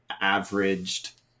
averaged